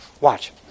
Watch